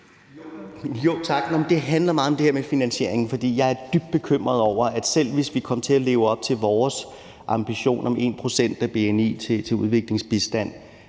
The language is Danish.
Tak. Det handler meget om det her med finansieringen, for jeg er dybt bekymret over, at selv hvis vi kommer til at leve op til vores ambition om 1 pct. af bni til udviklingsbistand,